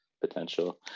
potential